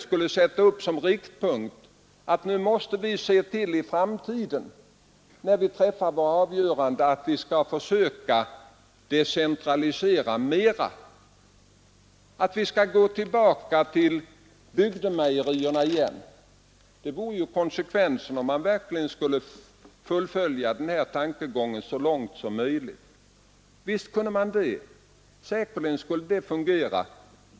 Skall det tolkas så att den ekonomiska föreningsrörelsen nu när man i framtiden träffar sina avgöranden skall decentralisera mera, skall man så småningom gå tillbaka till bygdemejerierna igen? Det skulle ju bli konsekvensen av ett fullföljande av centerns tankegång. Och visst kan man göra det. Det skulle säkert fungera.